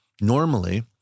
Normally